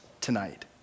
tonight